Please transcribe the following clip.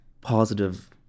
positive